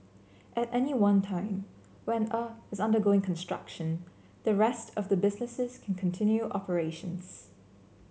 at any one time when a is undergoing construction the rest of the businesses can continue operations